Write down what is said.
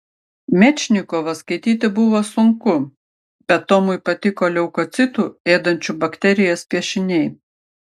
mečnikovą skaityti buvo sunku bet tomui patiko leukocitų ėdančių bakterijas piešiniai